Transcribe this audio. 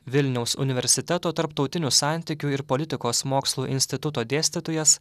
vilniaus universiteto tarptautinių santykių ir politikos mokslų instituto dėstytojas